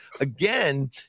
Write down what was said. again